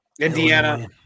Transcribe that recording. Indiana